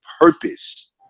purpose